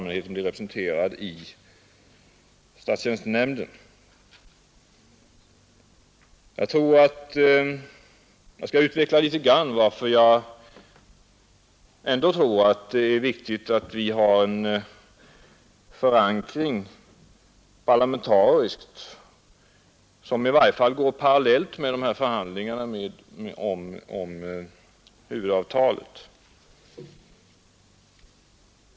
Men jag vill ändå något litet utveckla varför jag tror att det år viktigt att vi parallellt med förhandlingarna om huvudavtalet har en parlamentarisk förankring.